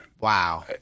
Wow